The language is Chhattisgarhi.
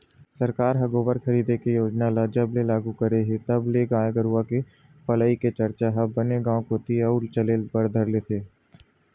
सरकार ह गोबर खरीदे के योजना ल जब ले लागू करे हे तब ले गाय गरु के पलई के चरचा ह बने गांव कोती अउ चले बर धर ले हे